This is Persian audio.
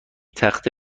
تخته